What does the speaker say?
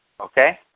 Okay